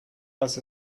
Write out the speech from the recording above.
dass